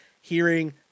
Hearing